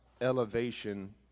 elevation